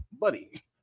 buddy